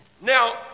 Now